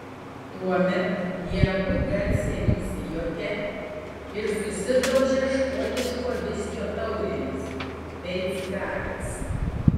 tuomet jie abu garsiai nusijuokia ir susidaužia škotiško viskio taurėmis bei cigarais